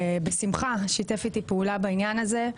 ובשמחה הוא משתף איתי פעולה בעניין הזה.